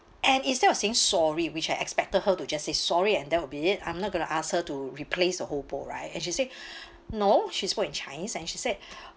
and instead of saying sorry which I expected her to just say sorry and that will be it I'm not going to ask her to replace a whole bowl right and she say no she spoke in chinese and she said